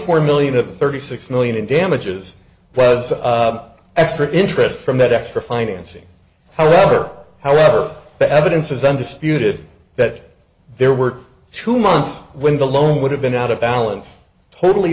four million of the thirty six million in damages was extra interest from that extra financing however however the evidence is then disputed that there were two months when the loan would have been out of balance totally